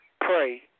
pray